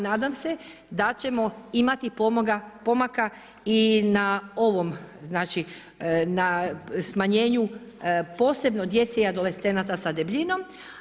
Nadam se da ćemo imati pomaka i na ovom, znači na smanjenju posebno djece i adolescenata sa debljinom.